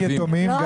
לא רק יתומים.